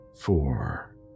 Four